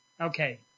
Okay